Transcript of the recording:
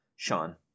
Sean